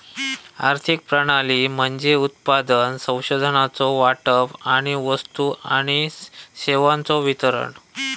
आर्थिक प्रणाली म्हणजे उत्पादन, संसाधनांचो वाटप आणि वस्तू आणि सेवांचो वितरण